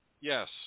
Yes